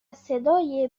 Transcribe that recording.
صدای